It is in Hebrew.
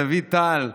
דוד טל,